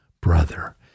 brother